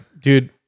dude